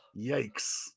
Yikes